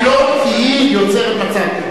כי היא יוצרת מצב.